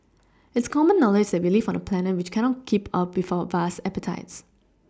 it's common knowledge that we live on a planet which cannot keep up with our vast appetites